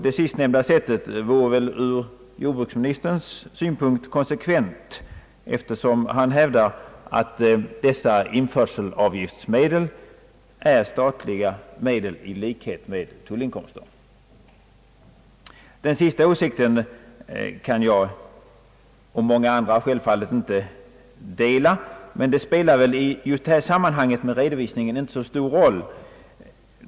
Det sistnämnda sättet vore väl ur jordbruksministerns synpunkt konsekvent, eftersom han hävdar att dessa införselavgiftsmedel är statliga medel i likhet med tullinkomster. Den sista åsikten kan jag och många andra självfallet inte dela, men det spelar väl just i resonemanget om redovisning inte så stor roll.